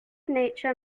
nature